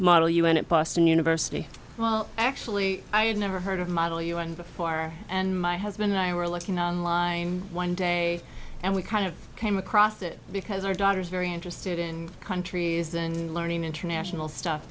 model un it boston university well actually i had never heard of model un before and my husband and i were looking online one day and we kind of came across it because our daughter is very interested in countries and learning international stuff